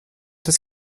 des